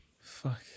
fuck